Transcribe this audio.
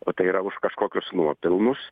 o tai yra už kažkokius nuopelnus